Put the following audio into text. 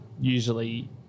usually